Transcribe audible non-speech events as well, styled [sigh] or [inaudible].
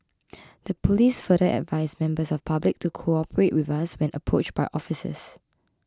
[noise] the police further advised members of public to cooperate with us when approached by officers